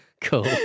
Cool